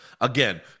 Again